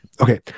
okay